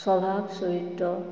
স্বভাৱ চৰিত্ৰ